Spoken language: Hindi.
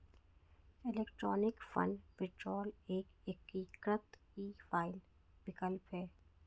इलेक्ट्रॉनिक फ़ंड विदड्रॉल एक एकीकृत ई फ़ाइल विकल्प है